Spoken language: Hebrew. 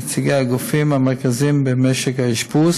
נציגי הגופים המרכזיים במשק האשפוז